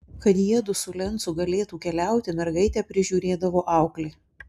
kad jiedu su lencu galėtų keliauti mergaitę prižiūrėdavo auklė